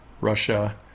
Russia